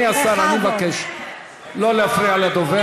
בכבוד.